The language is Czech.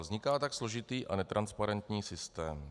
Vzniká tak složitý a netransparentní systém.